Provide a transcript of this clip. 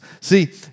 See